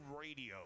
Radio